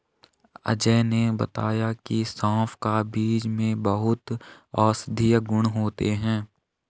अजय ने बताया की सौंफ का बीज में बहुत औषधीय गुण होते हैं